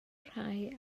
rhai